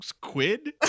quid